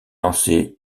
lancé